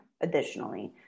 additionally